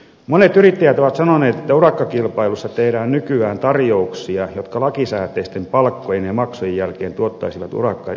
monet yrittäjät ovat sanoneet että urakkakilpailussa tehdään nykyään tarjouksia jotka lakisääteisten palkkojen ja maksujen jälkeen tuottaisivat urakoitsijoille tappiota